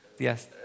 Yes